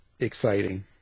exciting